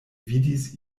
vidis